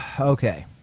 okay